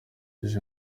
izi